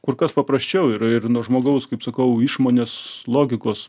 kur kas paprasčiau ir ir nuo žmogaus kaip sakau išmonės logikos